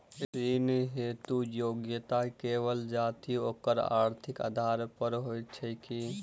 ऋण हेतु योग्यता केवल जाति आओर आर्थिक आधार पर होइत छैक की?